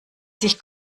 sich